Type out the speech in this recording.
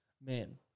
Man